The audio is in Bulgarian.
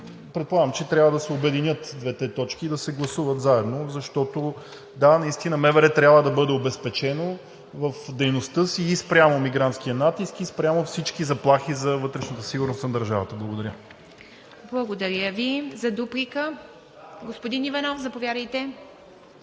предполагам, че трябва да се обединят двете точки и да се гласуват заедно. Защото, да, наистина МВР трябва да бъде обезпечено в дейността си и спрямо мигрантския натиск, и спрямо всички заплахи за вътрешната сигурност на държавата. Благодаря. ПРЕДСЕДАТЕЛ ИВА МИТЕВА: Благодаря Ви. Дуплика – господин Иванов, заповядайте.